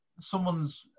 someone's